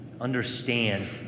understands